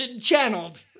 Channeled